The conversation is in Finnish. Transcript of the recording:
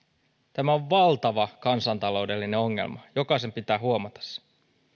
tämä on valtava kansantaloudellinen ongelma jokaisen pitää huomata se